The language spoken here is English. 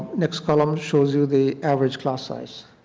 next column shows you the average class size.